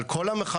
על כל המחבלים,